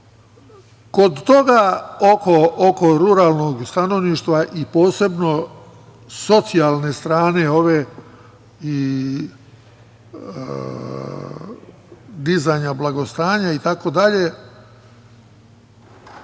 toga oko ruralnog stanovništva i posebno socijalne strane ove i dizanja blagostanja, prva